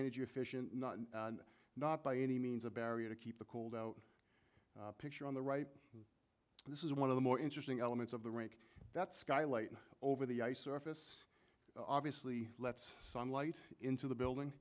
energy efficient not not by any means a barrier to keep the cold out picture on the right this is one of the more interesting elements of the rink that skylight over the ice surface obviously lets sunlight into the building